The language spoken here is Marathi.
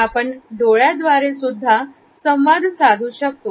आपण डोळ्याद्वारे सुद्धा संवाद साधू शकतो